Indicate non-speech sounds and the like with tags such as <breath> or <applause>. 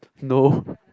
no <breath>